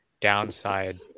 downside